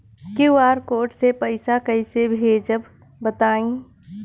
QR code से पईसा कईसे भेजब बताई?